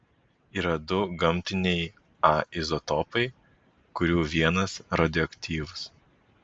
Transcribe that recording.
yra du gamtiniai a izotopai kurių vienas radioaktyvus